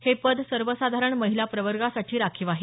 हे पद सर्वसाधारण महिला प्रवर्गासाठी राखीव आहे